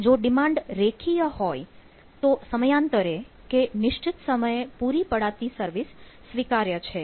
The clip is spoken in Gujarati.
જો ડિમાન્ડ રેખીય હોય તો સમયાંતરે પુરી પડાતી સર્વિસ સ્વીકાર્ય છે